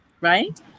right